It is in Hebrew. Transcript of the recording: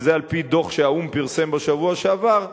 וזה על-פי דוח שהאו"ם פרסם בשבוע שעבר,